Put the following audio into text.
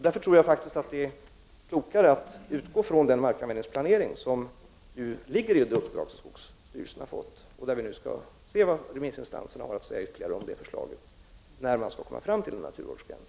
Därför är det klokare att utgå från den markanvändningsplanering som ligger i det uppdrag som skogsstyrelsen fick och se vad remissinstanserna har att säga om skogsstyrelsens förslag och om en naturvårdsgräns.